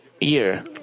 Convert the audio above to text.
year